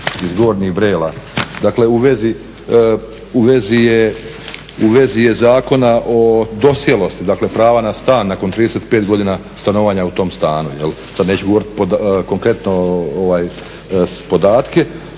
iz Gornjih Brela. Dakle, u vezi Zakona o dosjelosti prava na stan nakon 35 godina stanovanja u tom stanu, sad neću govoriti konkretno podatke.